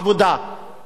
דרך אגב,